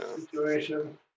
situation